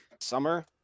Summer